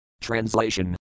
Translation